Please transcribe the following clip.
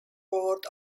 board